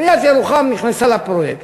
עיריית ירוחם נכנסה לפרויקט,